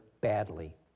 badly